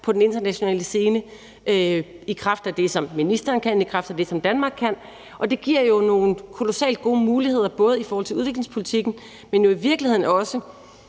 på den internationale scene i kraft af det, som ministeren kan, og i kraft af det, som Danmark kan, og det giver jo nogle kolossalt gode muligheder, både i forhold til udviklingspolitikken, men jo i virkeligheden også